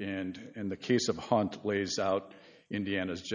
and in the case of hanta plays out indiana's